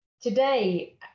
Today